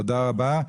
תודה רבה.